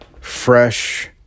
fresh